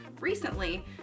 recently